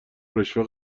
رشوه